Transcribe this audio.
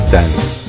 Dance 。